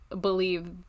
believe